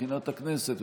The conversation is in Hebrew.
מבחינת הכנסת,